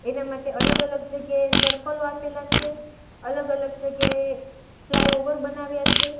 એના માટે અલગ અલગ જગ્યાએ સર્કલો આપેલા છે અલગ અલગ જગ્યાએ ફલાય ઓવર બનાવ્યા છે